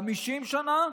50 שנה,